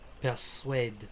persuade